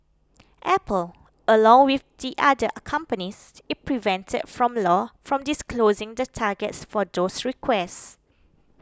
apple along with the other companies is prevented by law from disclosing the targets for those requests